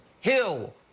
Hill